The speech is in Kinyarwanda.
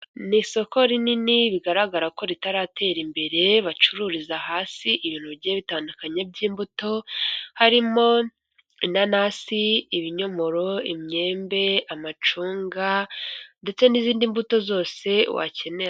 Ni isoko rinini, bigaragara ko ritaratera imbere, bacururiza hasi ibintu bigiye bitandukanye by'imbuto, harimo inanasi, ibinyomoro, imyembe, amacunga ndetse n'izindi mbuto zose wakenera.